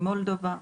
עם מולדובה.